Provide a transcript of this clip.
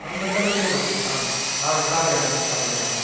आम् तत् समीचीनमस्ति आम् आम् स्थापयाम स्थापयामः